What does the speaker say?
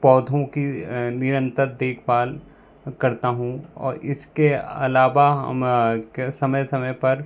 पौधों की निरंतर देखभाल करता हूँ और इसके अलावा समय समय पर